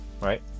right